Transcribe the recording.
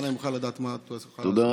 אנא, אם אוכל לדעת מה, תודה.